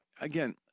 Again